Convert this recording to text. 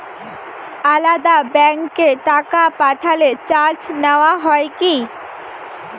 আলাদা ব্যাংকে টাকা পাঠালে চার্জ নেওয়া হয় কি?